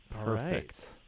Perfect